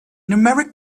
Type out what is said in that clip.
numeric